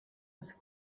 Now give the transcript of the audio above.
was